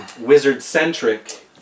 wizard-centric